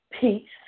Peace